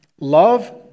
love